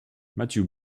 matthew